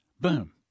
Boom